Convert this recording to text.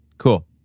Cool